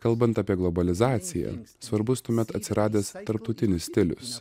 kalbant apie globalizaciją svarbus tuomet atsiradęs tarptautinis stilius